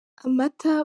amata